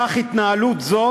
כך, התנהלות זו